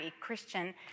Christian